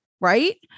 Right